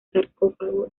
sarcófago